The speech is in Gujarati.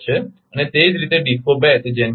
અને તે જ રીતે આ ડિસ્કો 2 તે GENCO 4 માંથી 0